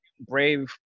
brave